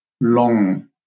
long